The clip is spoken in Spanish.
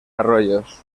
arroyos